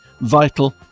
Vital